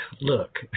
look